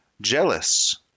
Jealous